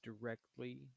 directly